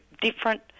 different